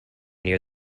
near